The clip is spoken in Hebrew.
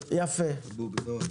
סניפים ניידים פועלים היום,